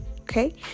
okay